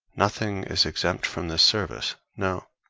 nothing is exempt from this service, no,